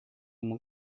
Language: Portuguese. uma